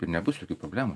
ir nebus jokių problemų